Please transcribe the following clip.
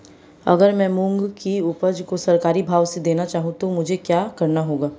अगर मैं मूंग की उपज को सरकारी भाव से देना चाहूँ तो मुझे क्या करना होगा?